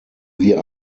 wir